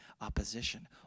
opposition